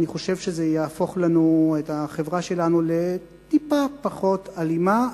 אני חושב שזה יהפוך את החברה שלנו לטיפה פחות אלימה.